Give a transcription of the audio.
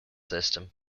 system